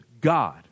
God